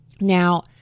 Now